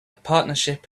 partnership